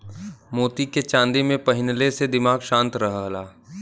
मोती के चांदी में पहिनले से दिमाग शांत रहला